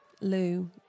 Lou